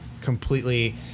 completely